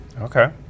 okay